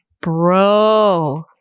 bro